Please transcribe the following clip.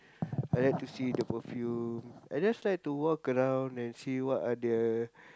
I like to see the perfume I just like to walk around and see what are the